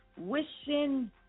wishing